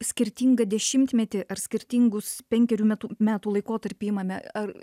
skirtingą dešimtmetį ar skirtingus penkerių metų metų laikotarpį imame ar